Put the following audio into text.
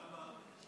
למה?